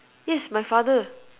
yes my father